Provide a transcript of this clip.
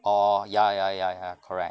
orh ya ya ya ya correct